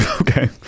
okay